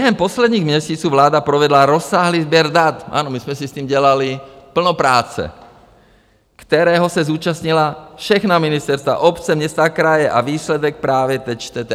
Během posledních měsíců vláda provedla rozsáhlý sběr dat ano, my jsme si s tím dělali plno práce kterého se zúčastnila všechna ministerstva, obce, města a kraje, a výsledek právě teď čtete.